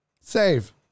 Save